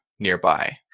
nearby